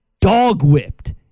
dog-whipped